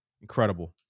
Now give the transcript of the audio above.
Incredible